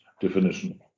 definition